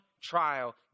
trial